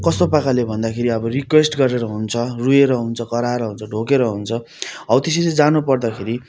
कस्तो प्रकारले भन्दाखेरि अब रिक्वेस्ट गरेर हुन्छ रोएर हुन्छ कराएर हुन्छ ढोगेर हुन्छ हो त्यसरी जानु पर्दा खेरि